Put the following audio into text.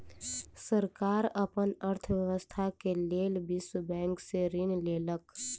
सरकार अपन अर्थव्यवस्था के लेल विश्व बैंक से ऋण लेलक